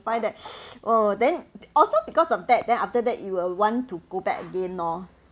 find that oh then also because of that then after that you will want to go back again loh